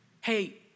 Hey